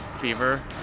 fever